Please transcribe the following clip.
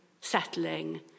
settling